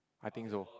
I think so